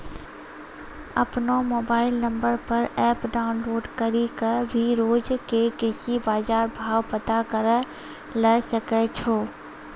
आपनो mobile number पर app download करी कॅ भी रोज के कृषि बाजार भाव पता करै ल सकै छो